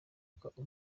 kubaha